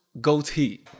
goatee